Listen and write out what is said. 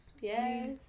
Yes